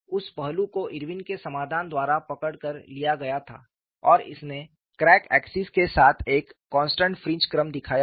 उस पहलू को इरविन के समाधान द्वारा पकड़ कर लिया गया था और इसने क्रैक एक्सिस के साथ एक कॉन्स्टन्ट फ्रिंज क्रम दिखाया है